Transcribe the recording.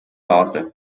basel